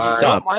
stop